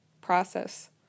process